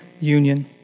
union